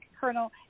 colonel